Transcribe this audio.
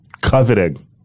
Coveting